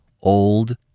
Old